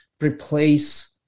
replace